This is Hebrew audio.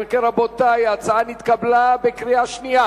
אם כן, רבותי, ההצעה נתקבלה בקריאה שנייה.